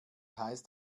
heißt